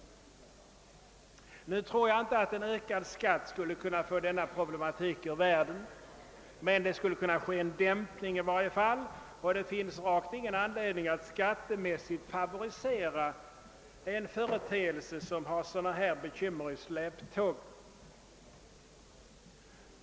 Nu tror jag inte att en ökad skatt röjer den problematiken ur världen, men det skulle i varje fall kunna ske en dämpning. Och det finns alls ingen anledning att skattemässigt favorisera en företeelse som har sådana bekymmer i släptåg.